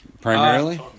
primarily